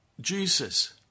Jesus